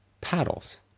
paddles